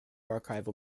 archival